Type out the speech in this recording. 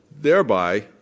thereby